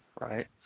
right